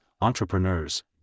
entrepreneurs